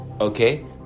Okay